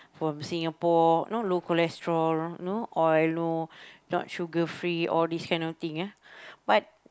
from Singapore know local restaurant no oil no not sugar free all this kind of thing ah but